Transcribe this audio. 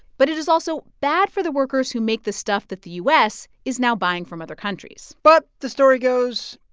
but it is also bad for the workers who make the stuff that the u s. is now buying from other countries but, the story goes,